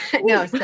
no